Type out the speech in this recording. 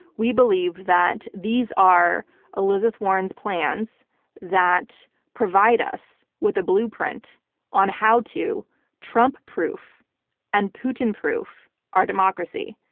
we believe that these are elizabeth warren's plans that provide us with a blueprint on how to trump-proof and putin-proof our democracy.